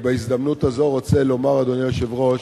בהזדמנות הזאת אני רוצה לומר, אדוני היושב-ראש,